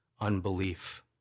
unbelief